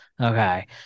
okay